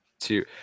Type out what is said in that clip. two